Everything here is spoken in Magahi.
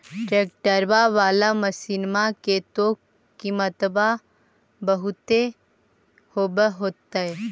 ट्रैक्टरबा बाला मसिन्मा के तो किमत्बा बहुते होब होतै?